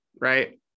right